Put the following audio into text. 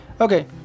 Okay